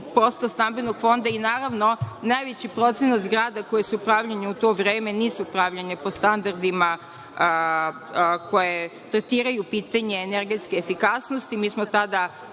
24% stambenog fonda, i naravno najveći procenat zgrada koje su pravljene u to vreme nisu pravljene po standardima koje tatiraju pitanje energetske efikasnosti. Mi smo tada,